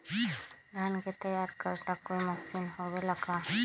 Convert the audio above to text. धान के तैयार करेला कोई मशीन होबेला का?